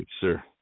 sir